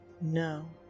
No